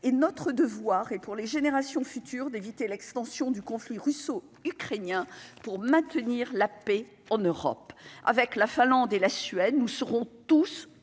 et notre devoir et pour les générations futures, d'éviter l'extension du conflit russo-ukrainien pour maintenir la paix en Europe avec la Finlande et la Suède, nous serons tous plus